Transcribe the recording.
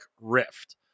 Rift